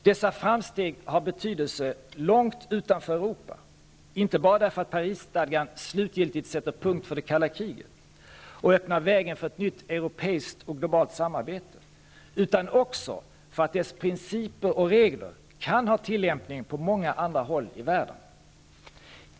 Dessa framsteg har betydelse långt utanför Europa, inte bara därför att Parisstadgan slutgiltigt sätter punkt för det kalla kriget och öppnar vägen för ett nytt europeiskt och globalt samarbete, utan också för att dess principer och regler kan ha tillämpning på många andra håll i världen.